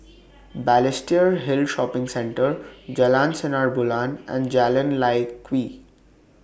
Balestier Hill Shopping Centre Jalan Sinar Bulan and Jalan Lye Kwee